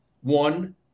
one